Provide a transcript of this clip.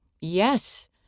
Yes